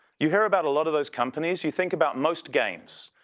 you hear about a lot of those companies. you think about most games,